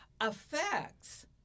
affects